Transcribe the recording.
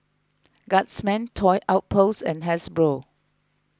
Guardsman Toy Outpost and Hasbro